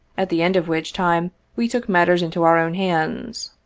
at the end of which time we took matters into our own hands.